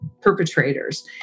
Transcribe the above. perpetrators